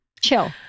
chill